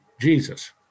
Jesus